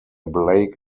blake